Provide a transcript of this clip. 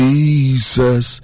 Jesus